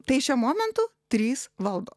tai šiuo momentu trys valdo